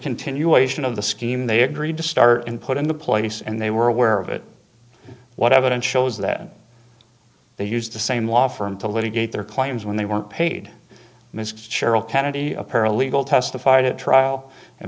continuation of the scheme they agreed to start and put into place and they were aware of it what evidence shows that they used the same law firm to litigate their claims when they weren't paid misc cheryl kennedy a paralegal testified at trial and